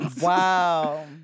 Wow